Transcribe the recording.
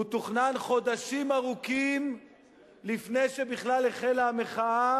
הוא תוכנן חודשים ארוכים לפני שבכלל החלה המחאה